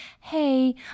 hey